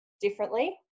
differently